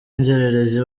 inzererezi